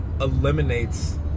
eliminates